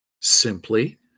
simply